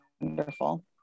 wonderful